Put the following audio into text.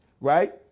right